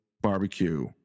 barbecue